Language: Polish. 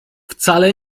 wcale